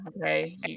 Okay